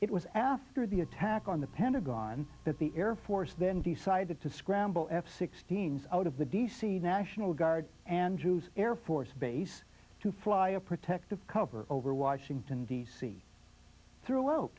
it was after the attack on the pentagon that the air force then decided to scramble f sixteen out of the d c national guard andrews air force base to fly a protective cover over washington d c throughout